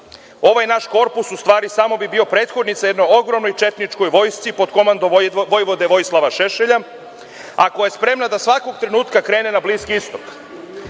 Ovaj naš korpus u stvari samo bi bio prethodnica jednoj ogromnoj četničkoj vojsci, pod komandom vojvode Vojislava Šešelja, a koja je spremna da svakog trenutka krene na Bliski istok.